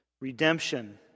redemption